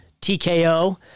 TKO